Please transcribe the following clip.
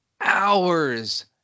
hours